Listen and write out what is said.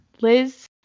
Liz